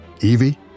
Evie